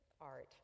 art